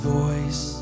voice